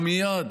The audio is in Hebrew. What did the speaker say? מייד.